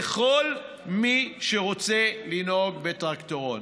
לכל מי שרוצה לנהוג בטרקטורון.